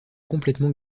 complètement